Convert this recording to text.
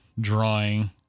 drawing